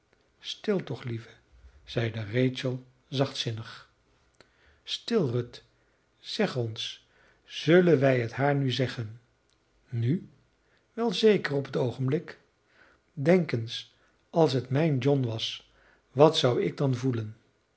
stil toch lieve zeide rachel zachtzinnig stil ruth zeg ons zullen wij het haar nu zeggen nu wel zeker op het oogenblik denk eens als het mijn john was wat zou ik dan voelen